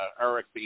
Eric